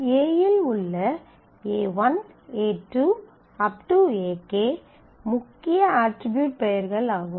A இல் உள்ள A1 A2 Ak முக்கிய அட்ரிபியூட் பெயர்கள் ஆகும்